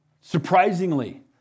surprisingly